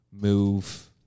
move